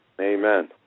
Amen